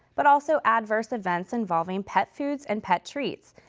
but also adverse events involving pet foods and pet treats,